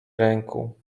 ręku